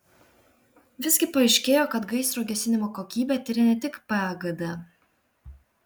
visgi paaiškėjo kad gaisro gesinimo kokybę tiria ne tik pagd